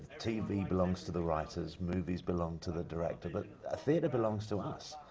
tv belongs to the writers, movies belong to the director, but ah theater belongs to us.